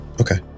okay